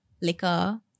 liquor